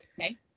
Okay